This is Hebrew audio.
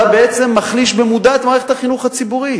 אתה בעצם מחליש במודע את מערכת החינוך הציבורית.